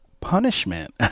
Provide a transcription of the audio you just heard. punishment